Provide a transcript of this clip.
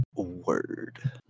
word